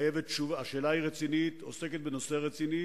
השאלה היא רצינית, עוסקת בנושא רציני